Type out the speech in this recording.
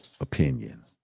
opinion